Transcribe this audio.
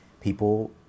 People